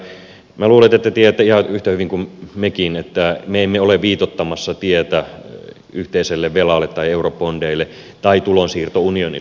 minä luulen että te tiedätte ihan yhtä hyvin kuin mekin että me emme ole viitoittamassa tietä yhteiselle velalle tai eurobondeille tai tulonsiirtounionille